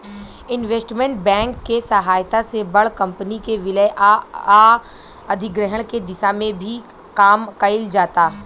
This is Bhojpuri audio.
इन्वेस्टमेंट बैंक के सहायता से बड़ कंपनी के विलय आ अधिग्रहण के दिशा में भी काम कईल जाता